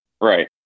right